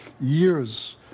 years